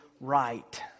right